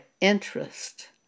interest